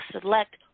select